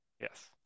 yes